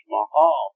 Mahal